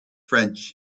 french